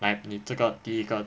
like 你这个第一个